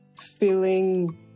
feeling